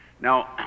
Now